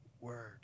word